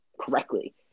correctly